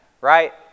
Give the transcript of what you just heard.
right